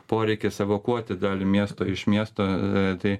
poreikis evakuoti dalį miesto iš miesto tai